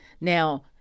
Now